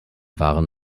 waren